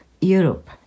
Europe